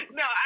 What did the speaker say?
no